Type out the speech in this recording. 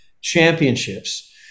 Championships